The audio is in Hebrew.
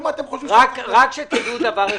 דעו דבר אחד,